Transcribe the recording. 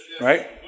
right